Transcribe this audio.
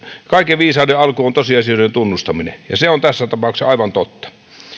kaiken viisauden alku on tosiasioiden tunnustaminen ja se on tässä tapauksessa aivan totta